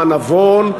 הנבון,